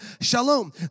shalom